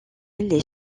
les